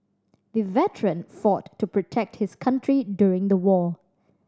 the veteran fought to protect his country during the war